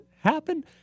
happen